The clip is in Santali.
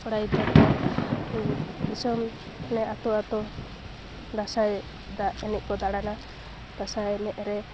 ᱠᱚᱲᱟ ᱜᱤᱫᱽᱨᱟᱹᱠᱚ ᱫᱤᱥᱚᱢ ᱢᱟᱱᱮ ᱟᱛᱳ ᱟᱛᱳ ᱫᱟᱸᱥᱟᱭ ᱮᱱᱮᱡᱠᱚ ᱫᱟᱬᱟᱱᱟ ᱫᱟᱸᱥᱟᱭ ᱮᱱᱮᱡᱨᱮ